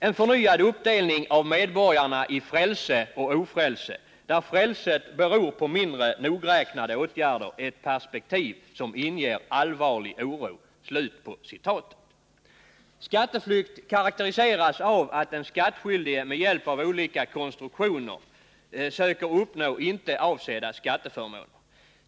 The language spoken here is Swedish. En förnyad uppdelning av medborgarna i frälse och ofrälse, där frälset beror på mindre nogräknade åtgärder är ett perspektiv som inger allvarlig oro.” Skatteflykt karakteriseras av att den skattskyldige med hjälp av olika konstruktioner söker uppnå inte avsedda skatteförmåner.